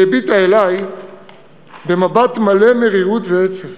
היא הביטה אלי במבט מלא מרירות ועצב